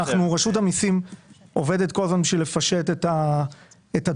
רשות המיסים עובדת כל הזמן בשביל לפשט את הדו"חות.